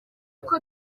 uko